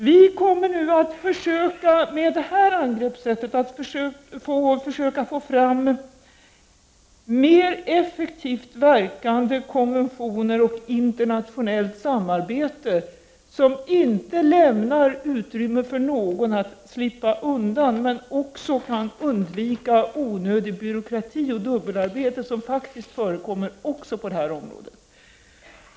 Vi kommer att med det här angreppssättet försöka få fram mer effektivt verkande konventioner och ett internationellt samarbete som inte lämnar utrymme för någon att slippa undan och som också gör att vi kan undvika onödig byråkrati och dubbelarbete, något som faktiskt också förekommer på det här området.